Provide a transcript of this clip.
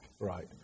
Right